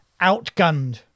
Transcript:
Outgunned